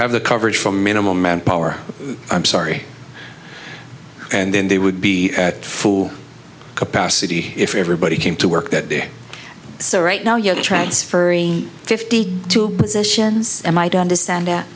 have the coverage from minimum manpower i'm sorry and then they would be at full capacity if everybody came to work that day so right now you're transferring fifty two positions i might understand